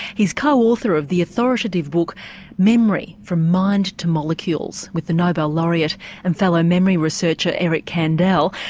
he's co-author of the authoritative book memory from mind to molecules, with the nobel laureate and fellow memory researcher eric kandel.